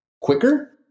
quicker